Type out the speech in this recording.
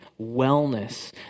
wellness